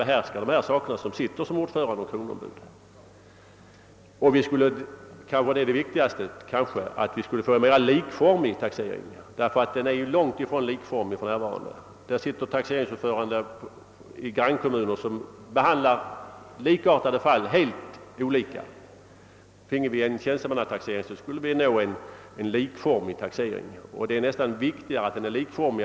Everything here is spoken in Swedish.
Det är de som skall sitta som taxeringsnämndsordförande och kronoombud. Då skulle vi också få en mera likformig taxering, vilket kanske är det allra viktigaste. Nu är den långt ifrån likformig. Nu kan en taxeringsordförande behandla ett ärende på ett sätt, medan ordföranden i grannkommunen behandlar ett liknande ärende helt annorlunda. Med en tjänstemannataxering skulle taxeringen bli likformig, vilket är nästan ännu viktigare än att den är rättvis.